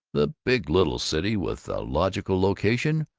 the big little city with the logical location,